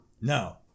No